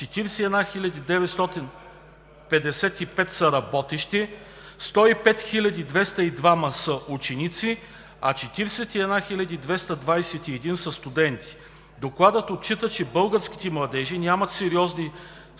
41 955 са работещи, 105 202 са ученици, а 41 221 са студенти. Докладът отчита, че българските младежи нямат сериозни социални